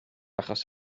achos